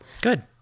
Good